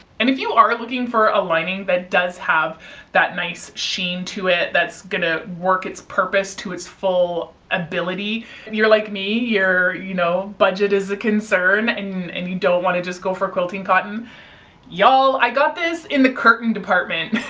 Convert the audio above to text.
and if you are looking for a lining that does have that nice sheen to it, that's going to work it purpose to its full ability. if you're like me you're, you know, budget is a concern and and you don't want to just go for quilting cotton y'all, i got this in the curtain department.